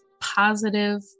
positive